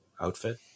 outfit